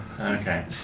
okay